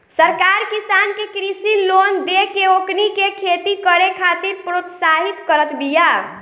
सरकार किसान के कृषि लोन देके ओकनी के खेती करे खातिर प्रोत्साहित करत बिया